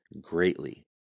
greatly